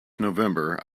november